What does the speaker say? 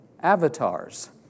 avatars